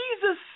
Jesus